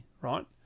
right